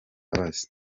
imbabazi